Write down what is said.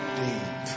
deep